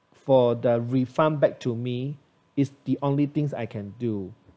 for the refund back to me is the only things I can do